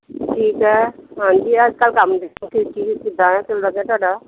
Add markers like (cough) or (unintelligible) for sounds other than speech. ਠੀਕ ਹੈ ਹਾਂਜੀ ਅੱਜ ਕੱਲ੍ਹ ਕੰਮ (unintelligible) ਕਿੱਦਾਂ ਹੈ ਚੱਲਦਾ ਪਿਆ ਤੁਹਾਡਾ